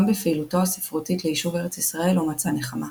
גם בפעילותו הספרותית ליישוב ארץ ישראל לא מצא נחמה,